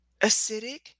acidic